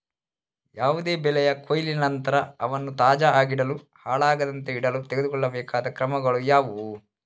ಯಾವುದೇ ಬೆಳೆಯ ಕೊಯ್ಲಿನ ನಂತರ ಅವನ್ನು ತಾಜಾ ಆಗಿಡಲು, ಹಾಳಾಗದಂತೆ ಇಡಲು ತೆಗೆದುಕೊಳ್ಳಬೇಕಾದ ಕ್ರಮಗಳು ಯಾವುವು?